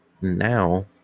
Now